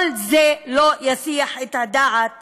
כל זה לא יסיח את הדעת